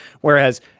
Whereas